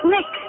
Nick